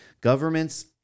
Governments